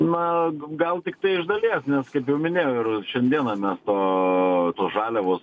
na gal tiktai iš dalies nes kaip jau minėjau ir šiandieną mes to tos žaliavos